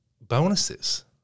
bonuses